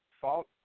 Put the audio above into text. fault